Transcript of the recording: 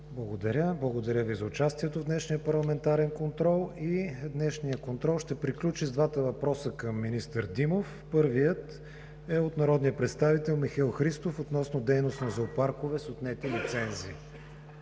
Благодаря Ви за участието в днешния парламентарен контрол. Днешният контрол ще приключи с двата въпроса към министър Димов. Първият е от народния представител Михаил Христов относно дейност на зоопаркове с отнети лицензии.